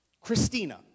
Christina